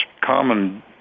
common